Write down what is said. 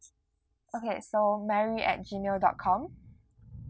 okay so mary at G mail dot com